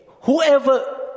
Whoever